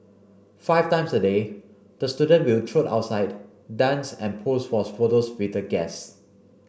five times a day the student will trot outside dance and pose for photos with the guests